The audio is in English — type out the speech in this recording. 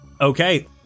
Okay